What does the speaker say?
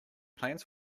plans